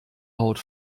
haut